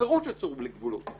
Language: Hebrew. בפירוש אסור בלי גבולות,